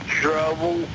trouble